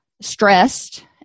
stressed